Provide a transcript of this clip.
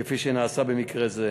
כפי שנעשה במקרה זה.